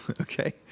Okay